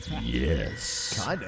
Yes